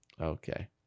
Okay